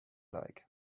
like